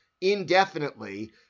indefinitely